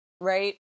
right